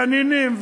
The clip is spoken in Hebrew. והנינים,